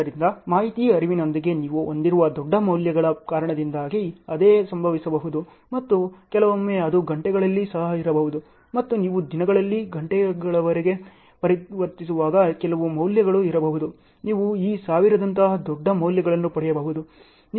ಆದ್ದರಿಂದ ಮಾಹಿತಿಯ ಹರಿವಿನೊಂದಿಗೆ ನೀವು ಹೊಂದಿರುವ ದೊಡ್ಡ ಮೌಲ್ಯಗಳ ಕಾರಣದಿಂದಾಗಿ ಅದೇ ಸಂಭವಿಸಬಹುದು ಮತ್ತು ಕೆಲವೊಮ್ಮೆ ಅದು ಗಂಟೆಗಳಲ್ಲಿ ಸಹ ಇರಬಹುದು ಮತ್ತು ನೀವು ದಿನಗಳಲ್ಲಿ ಗಂಟೆಗಳವರೆಗೆ ಪರಿವರ್ತಿಸುವಾಗ ಕೆಲವು ಮೌಲ್ಯಗಳು ಇರಬಹುದು ನೀವು ಈ ಸಾವಿರದಂತಹ ದೊಡ್ಡ ಮೌಲ್ಯಗಳನ್ನು ಪಡೆಯಬಹುದು